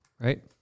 right